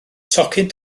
tocyn